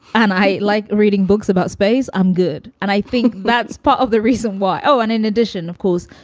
and i like reading books about space. i'm good. and i think that's part of the reason why. oh, and in addition, of course,